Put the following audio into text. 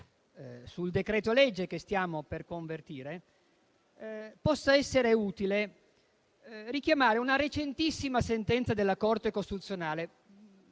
sul decreto-legge che stiamo per convertire, possa essere utile richiamare una recentissima sentenza della Corte costituzionale